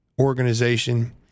organization